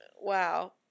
Wow